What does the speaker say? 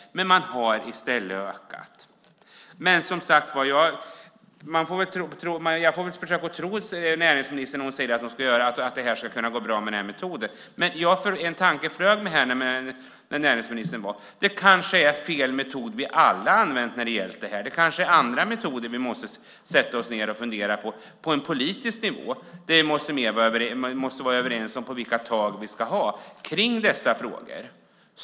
I stället har bördan ökat. Jag får väl försöka tro näringsministern när hon säger att det här ska gå bra med den här arbetsmetoden. Men en tanke slår mig: Det kanske är fel metod vi alla använt, det kanske är andra metoder vi måste fundera över på politisk nivå, där vi måste vara överens om vilka tag vi ska ha i dessa frågor.